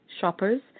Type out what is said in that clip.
shoppers